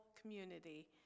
community